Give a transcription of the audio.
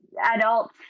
adults